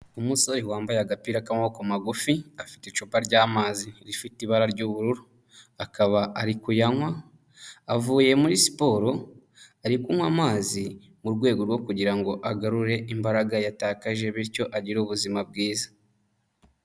Umusore wambaye agapira k'amaboko magufi afite icupa ry'amazi rifite ibara ry'ubururu akaba ari kuyanywa, avuye muri siporo ari kunywa amazi mu rwego rwo kugira ngo agarure imbaraga yatakaje bityo agire ubuzima bwiza.